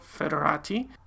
federati